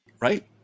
Right